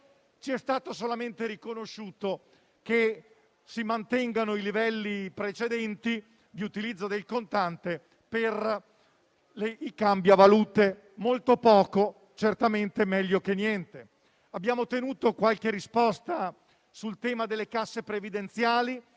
ci è stato solamente riconosciuto che si mantengano i livelli precedenti di utilizzo del contante per i cambiavalute: molto poco, ma certamente meglio che niente. Abbiamo ottenuto qualche risposta sul tema delle casse previdenziali,